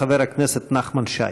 חבר הכנסת נחמן שי.